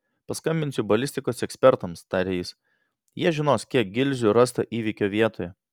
paskambinsiu balistikos ekspertams tarė jis jie žinos kiek gilzių rasta įvykio vietoje